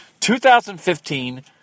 2015